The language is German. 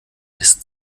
ist